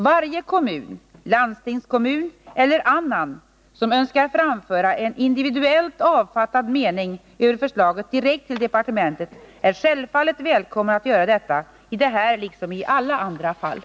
Varje kommun, landstingskommun eller annan som önskar framföra en individuellt avfattad mening över förslaget direkt till departementet är självfallet välkommen att göra detta i det här liksom i alla andra fall.